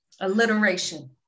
alliteration